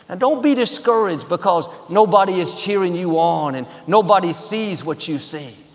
and don't be discouraged because nobody is cheering you on and nobody sees what you've seen.